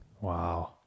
Wow